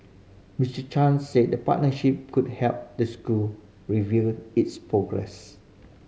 Miss Chan said the partnership could help the school review its progress